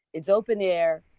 it's open air,